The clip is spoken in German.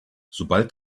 sobald